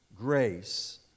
grace